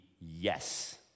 yes